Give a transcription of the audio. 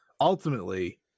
ultimately